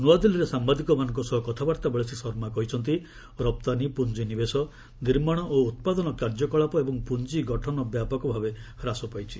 ନୂଆଦିଲ୍ଲୀରେ ସାମ୍ଭାଦିକମାନଙ୍କ ସହ କଥାବାର୍ତ୍ତା ବେଳେ ଶ୍ରୀ ଶର୍ମା କହିଛନ୍ତି ରପ୍ତାନୀ ପୁଞ୍ଜିନିବେଶ ନିର୍ମାଣ ଓ ଉତ୍ପାଦନ କାର୍ଯ୍ୟକଳାପ ଏବଂ ପୁଞ୍ଜିଗଠନ ବ୍ୟାପକ ଭାବେ ହ୍ରାସ ପାଇଛି